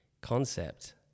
concept